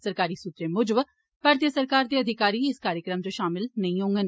सरकारी सूत्रें मुजब भारतीय सरकार दे अधिकारी इस कार्यक्रम च षामल नेई होडन